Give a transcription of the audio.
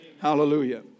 Hallelujah